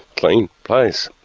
clean place.